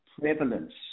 prevalence